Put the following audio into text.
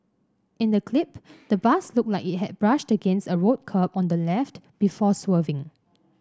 in the clip the bus looked like it had brushed against a road curb on the left before swerving